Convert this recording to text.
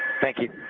thank you.